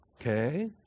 Okay